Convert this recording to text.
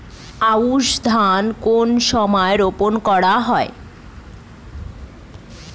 আউশ ধান কোন সময়ে রোপন করা হয়?